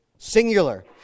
Singular